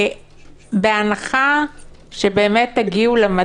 בהנחה שבאמת תגיעו למדדים